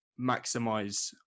maximize